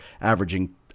averaging